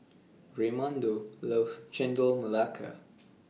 Raymundo loves Chendol Melaka